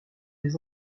des